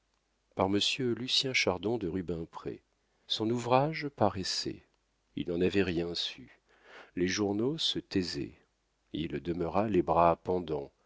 monsieur lucien chardon de rubempré son ouvrage paraissait il n'en avait rien su les journaux se taisaient il demeura les bras pendants